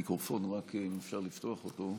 המיקרופון, אם אפשר רק לפתוח אותו,